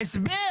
ההסבר